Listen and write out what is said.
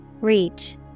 Reach